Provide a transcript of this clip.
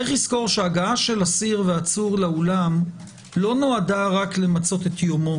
יש לזכור שהגעה של אסיר ועצור לעולם לא נועדה רק למצות את יומו.